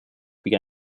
began